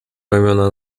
ramiona